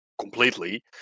completely